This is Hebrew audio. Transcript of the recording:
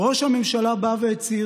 ראש הממשלה הצהיר,